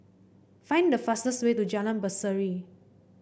find the fastest way to Jalan Berseri